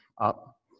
up